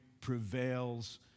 prevails